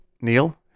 Neil